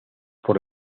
por